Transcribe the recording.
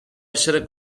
essere